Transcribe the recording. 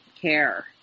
care